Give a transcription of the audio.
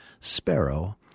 Sparrow